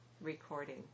recording